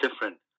different